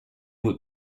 would